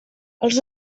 els